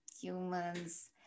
humans